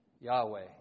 Yahweh